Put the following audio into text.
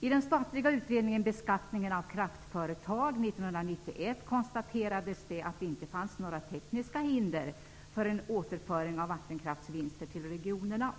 I den statliga utredningen ''Beskattning av kraftföretag'' 1991 konstaterades att det inte fanns några tekniska hinder för en återföring av vattenkraftsvinster till regionerna.